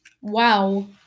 wow